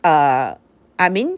err I mean